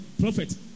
prophet